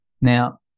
Now